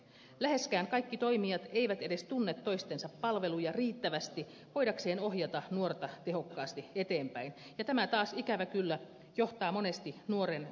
läheskään kaikki toimijat eivät edes tunne toistensa palveluja riittävästi voidakseen ohjata nuorta tehokkaasti eteenpäin ja tämä taas ikävä kyllä johtaa monesti nuoren luukuttamiseen